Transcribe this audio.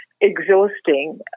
exhausting